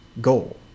goal